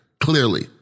clearly